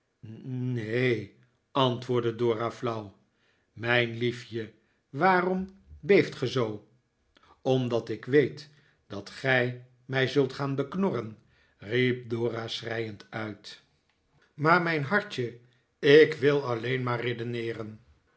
ne ne neen antwoordde dora flauw mijn liefje waarom beeft ge zoo omdat ik wee t dat gij mij zult gaan beknorren riep dora schreiend uit david copperfield maar mijn hartje ik wil alleen maar redeneeren